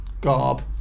garb